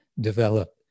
develop